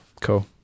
Cool